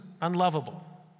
Unlovable